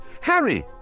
Harry